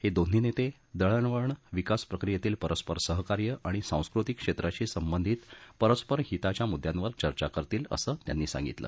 हे दोन्ही नेते दळणवळण विकास प्रक्रियेतील परस्पर सहकार्य आणि सांस्कृतिक क्षेत्राशी संबंधित परस्पर हिताच्या मुद्यांवर चर्चा करतील असं त्यांनी सांगितलं